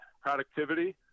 productivity